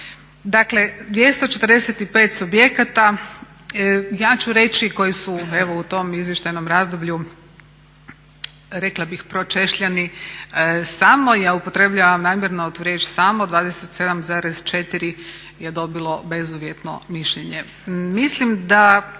Dakle, 245 subjekata. Ja ću reći koji su evo u tom izvještajnom razdoblju rekla bih pročešljani samo, ja upotrebljavam namjerno tu riječ samo. 27,4 je dobilo bezuvjetno mišljenje. Mislim da